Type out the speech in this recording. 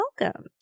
welcome